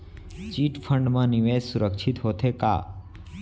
Chit fund मा निवेश सुरक्षित होथे का?